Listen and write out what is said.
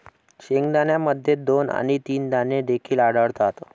शेंगदाण्यामध्ये दोन आणि तीन दाणे देखील आढळतात